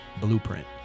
Blueprint